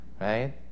right